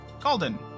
Calden